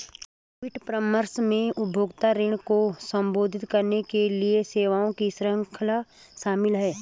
credit परामर्श में उपभोक्ता ऋण को संबोधित करने के लिए सेवाओं की श्रृंखला शामिल है